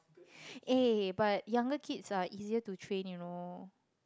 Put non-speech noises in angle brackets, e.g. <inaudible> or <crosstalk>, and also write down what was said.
<breath> eh but younger kids are easier to train you know